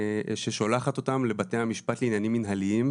ששולחת אותם לבתי המשפט לעניינים מנהליים,